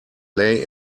lay